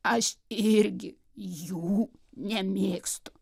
aš irgi jų nemėgstu